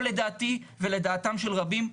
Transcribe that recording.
פה לדעתי ולדעתם של רבים,